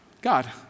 God